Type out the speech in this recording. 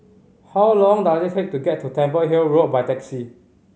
how long does it take to get to Temple Hill Road by taxi